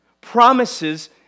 Promises